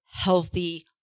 healthy